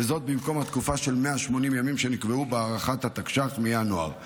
וזאת במקום התקופה של 180 ימים שנקבעה בהארכת התקנות לשעת חירום מינואר.